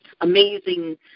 amazing